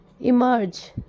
Emerge